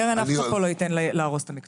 קרן, אף אחד לא ייתן פה להרוס את המקצוע.